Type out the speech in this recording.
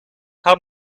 how